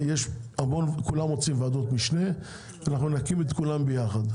כולם רוצים ועדות משנה, אנחנו נקים את כולן ביחד.